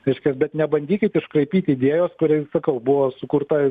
reiškias bet nebandykit iškraipyt idėjos kuri sakau buvo sukurta